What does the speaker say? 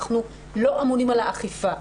אנחנו לא אמונים על האכיפה.